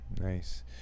nice